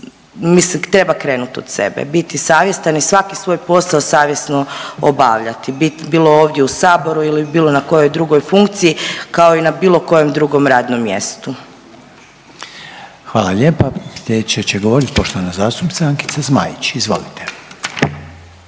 mislim, treba krenuti od sebe. Biti savjestan i svaki svoj posao savjesno obavljati. Bilo ovdje u Saboru ili bilo na kojoj drugoj funkciji, kao i na bilo kojem drugom radnom mjestu. **Reiner, Željko (HDZ)** Hvala lijepo. Sljedeće će govoriti poštovana zastupnica Ankica Zmaić. Izvolite.